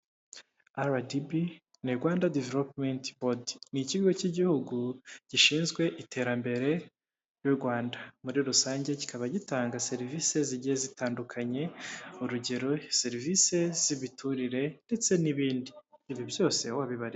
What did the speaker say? RDB ni Rwanda developumenti bodi, ni ikigo cy'igihugu gishinzwe iterambere ry'u Rwanda, muri rusange kikaba gitanga serivisi zigiye zitandukanye, urugero serivisi z'imiturire ndetse n'ibindi, ibi byose ni ho bibarizwa.